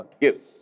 Yes